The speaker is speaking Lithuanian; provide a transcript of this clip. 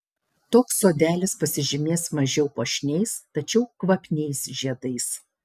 toks sodelis pasižymės mažiau puošniais tačiau kvapniais žiedais